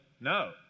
no